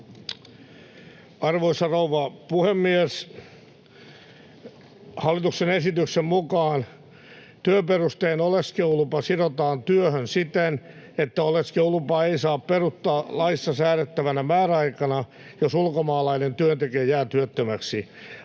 Arvoisa rouva puhemies! Hallituksen esityksen mukaan työperusteinen oleskelulupa sidotaan työhön siten, että oleskelulupaa ei saa peruuttaa laissa säädettävänä määräaikana, jos ulkomaalainen työntekijä jää työttömäksi.